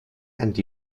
and